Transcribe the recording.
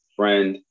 friend